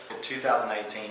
2018